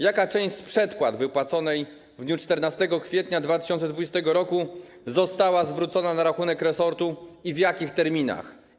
Jaka część z przedpłaty wypłaconej w dniu 14 kwietnia 2020 r. została zwrócona na rachunek resortu i w jakich terminach?